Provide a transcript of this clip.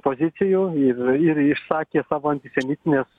pozicijų ir ir išsakė savo antisemitines